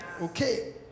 Okay